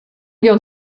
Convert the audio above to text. wir